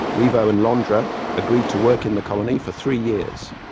riveau and l'andre agreed to work in the colony for three years.